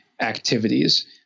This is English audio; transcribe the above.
activities